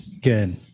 good